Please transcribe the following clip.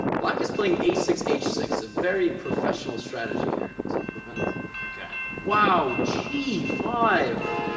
black is playing a six h six a very professional strategy here to prevent okay wow g five